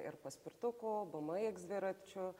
ir paspirtukų b m iks dviračių